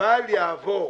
בל יעבור.